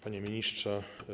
Panie Ministrze!